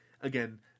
Again